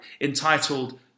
entitled